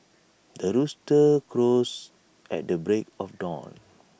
the rooster crows at the break of dawn